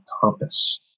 purpose